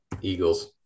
Eagles